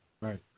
Right